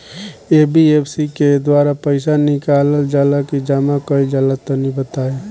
NBFC के द्वारा पईसा निकालल जला की जमा कइल जला तनि बताई?